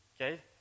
okay